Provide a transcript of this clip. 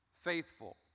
faithful